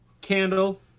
Candle